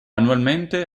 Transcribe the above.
annualmente